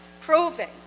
proving